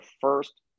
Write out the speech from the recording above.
first